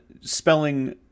spelling